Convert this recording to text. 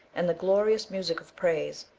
and the glorious music of praise,